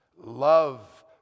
love